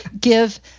give